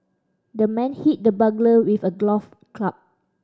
the man hit the burglar with a club